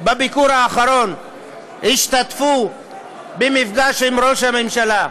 בביקור האחרון השתתפו במפגש עם ראש הממשלה,